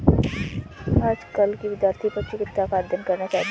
आजकल कई विद्यार्थी पशु चिकित्सा का अध्ययन करना चाहते हैं